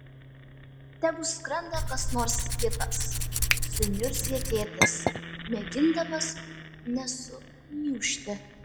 tegu skrenda kas nors kitas suniurzgė tėtis mėgindamas nesugniužti